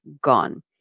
gone